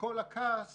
וכל הכעס